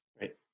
Right